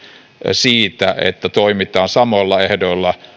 siitä että toimitaan samoilla ehdoilla